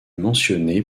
mentionné